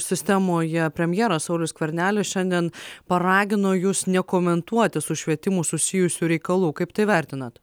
sistemoje premjeras saulius skvernelis šiandien paragino jus nekomentuoti su švietimu susijusių reikalų kaip tai vertinat